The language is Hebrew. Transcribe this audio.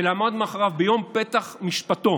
לעמוד מאחוריו ביום פתיחת משפטו